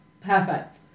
perfect